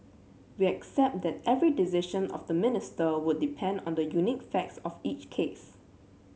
we accept that every decision of the Minister would depend on the unique facts of each case